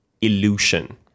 illusion